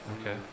Okay